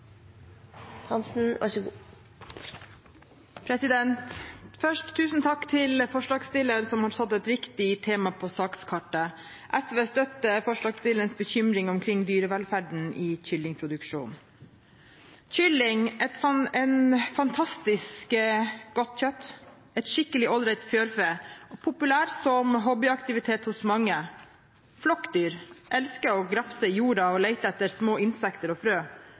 satt et viktig tema på sakskartet. SV støtter forslagsstillerens bekymring omkring dyrevelferden i kyllingproduksjonen. Kylling har fantastisk godt kjøtt, er et skikkelig all right fjørfe, er populær som hobbyaktivitet hos mange, er et flokkdyr, elsker å grafse i jorden og lete etter små innsekter og frø,